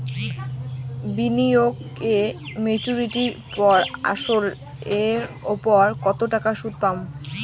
বিনিয়োগ এ মেচুরিটির পর আসল এর উপর কতো টাকা সুদ পাম?